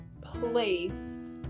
place